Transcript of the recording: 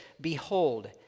Behold